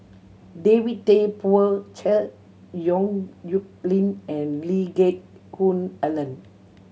David Tay Poey Cher Yong Nyuk Lin and Lee Geck Hoon Ellen